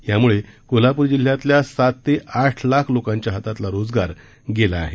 यामुळे कोल्हापूर जिल्ह्यातल्या सात ते आठ लाख लोकांच्या हातातला रोजगार गेला आहे